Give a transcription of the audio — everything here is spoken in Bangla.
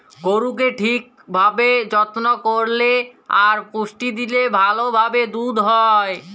গরুকে ঠিক ভাবে যত্ন করল্যে আর পুষ্টি দিলে ভাল ভাবে দুধ হ্যয়